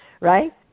right